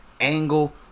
angle